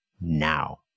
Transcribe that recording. now